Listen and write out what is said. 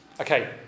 Okay